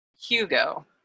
Hugo